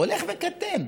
הולך וקטן,